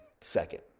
second